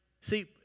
See